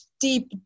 deep